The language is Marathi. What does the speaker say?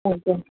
हो का